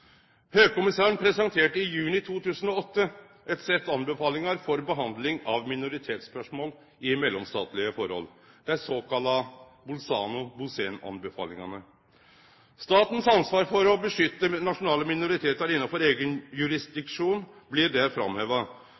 presenterte i juni 2008 eit sett anbefalingar for behandling av minoritetsspørsmål i mellomstatlege forhold, dei såkalla Bolzano/Bozen-anbefalingane. Statens ansvar for å beskytte nasjonale minoritetar innanfor eigen jurisdiksjon blir der framheva.